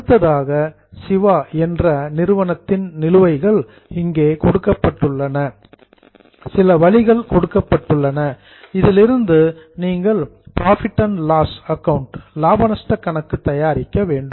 அடுத்ததாக சிவா என்ற நிறுவனத்தின் நிலுவைகள் இங்கே கொடுக்கப்பட்டுள்ளன சில வழிகள் கொடுக்கப்பட்டுள்ளன இதிலிருந்து நீங்கள் புரோஃபிட் அண்ட் லாஸ் அக்கவுண்ட் லாப நஷ்ட கணக்கு தயாரிக்க வேண்டும்